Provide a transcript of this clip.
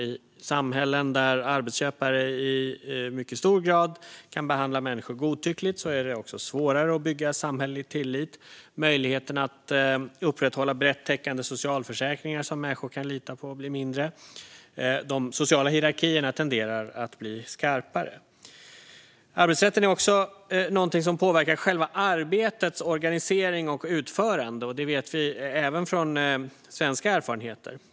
I samhällen där arbetsköpare i mycket hög grad kan behandla människor godtyckligt är det också svårare att bygga samhällelig tillit. Möjligheterna att upprätthålla brett täckande socialförsäkringar som människor kan lita på blir mindre. De sociala hierarkierna tenderar att bli skarpare. Arbetsrätten är också något som påverkar själva arbetets organisering och utförande. Det vet vi även från svenska erfarenheter.